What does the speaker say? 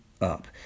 up